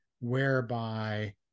whereby